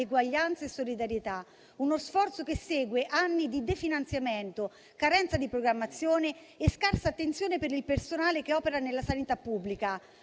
e solidarietà. È uno sforzo che segue anni di definanziamento, carenza di programmazione e scarsa attenzione per il personale che opera nella sanità pubblica.